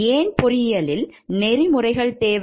ஏன் பொறியியலில் நெறிமுறைகள் தேவை